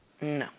No